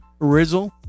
Rizzle